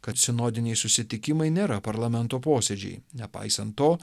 kad sinodiniai susitikimai nėra parlamento posėdžiai nepaisant to